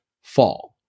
fall